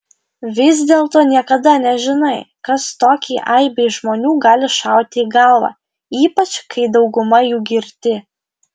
vis dėlto niekada nežinai kas tokiai aibei žmonių gali šauti į galvą ypač kai dauguma jų girti